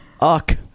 uck